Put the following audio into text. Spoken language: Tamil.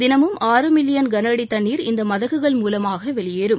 தினமும் ஆறு மில்லியன் கனஅடி தண்ணீர் இந்த மதகுகள் மூலமாக வெளியேறும்